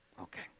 Okay